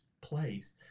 place